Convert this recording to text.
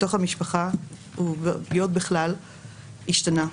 בתוך המשפחה ופגיעות בכלל, השתנה.